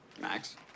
Max